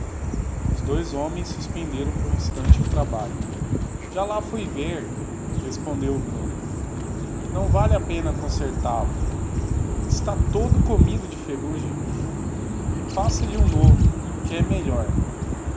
os dois homens suspenderam por um instante o trabalho já lá fui ver respondeu o bruno não vale a pena concertai o está todo comido de ferrugem aço lhe o novo que é melhor